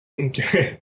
Okay